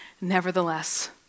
nevertheless